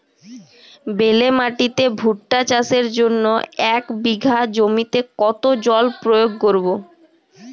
বেলে মাটিতে ভুট্টা চাষের জন্য এক বিঘা জমিতে কতো জল প্রয়োগ করব?